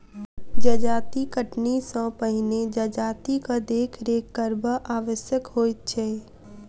जजाति कटनी सॅ पहिने जजातिक देखरेख करब आवश्यक होइत छै